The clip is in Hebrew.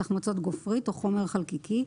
תחמוצות גופרית או חומר חלקיקי,